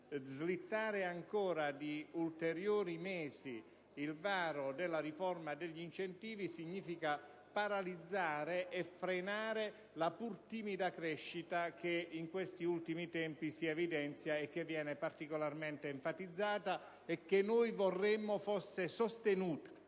slittare ancora di ulteriori diciotto mesi il varo della riforma degli incentivi significa paralizzare e frenare la pur timida crescita che in questi ultimi tempi si evidenzia, che viene particolarmente enfatizzata e che noi vorremmo fosse sostenuta